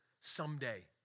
someday